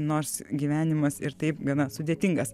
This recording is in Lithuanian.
nors gyvenimas ir taip gana sudėtingas